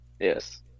Yes